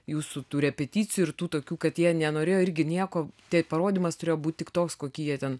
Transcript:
jūsų tų repeticijų ir tų tokių kad jie nenorėjo irgi nieko tai parodymas turėjo būti tik toks kokį jie ten